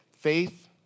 Faith